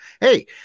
hey